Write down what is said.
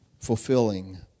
fulfilling